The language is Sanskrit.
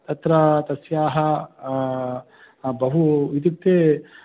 तत्र तस्य बहु इत्युक्ते